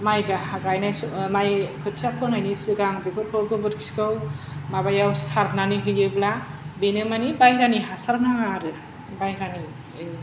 माइ गा गायनाय स माइ खोथिया फोनायनि सिगां बेफोरखौ गोबोरखिखौ माबायाव सारनानै होयोब्ला बेनो मानि बाइहेरानि हासार नाङा आरो बाइह्रानि माबा